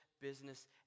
business